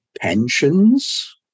pensions